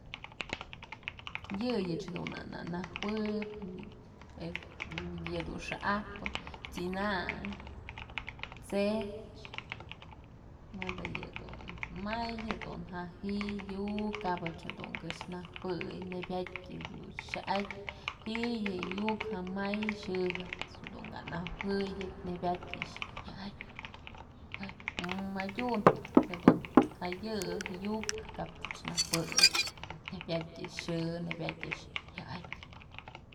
Yëyëc dun na najuëb es yëdun xa'ajpë t'sinan, t'sech, mëdë yëdun, may yëdun ja ji'i yuk kabëch dun këx najuëy nebyat jedun xa'atyë ji'i yë yuk jamay xë jët's dun ka juëyëp nebyat je'e xa'atyë madyu dun ja yë je'e yuk kap t'sëch najuëy nebyat xë, nebyat je'e xa'atyë.